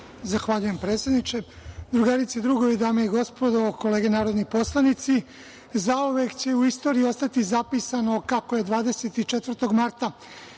Zahvaljujem, predsedniče. Drugarice i drugovi, dame i gospodo, kolege narodni poslanici, zauvek će istoriji ostati zapisano kako je 24. marta